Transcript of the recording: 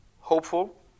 hopeful